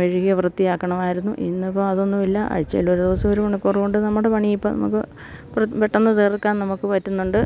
മെഴുകി വൃത്തിയാക്കണമായിരുന്നു ഇന്നിപ്പം അതൊന്നുമില്ല ആഴ്ചയിലൊരു ദിവസം ഒരു മണിക്കൂറ് കൊണ്ട് നമ്മുടെ പണി ഇപ്പം നമുക്ക് പെട്ടെന്ന് തീർക്കാൻ നമുക്ക് പറ്റുന്നുണ്ട്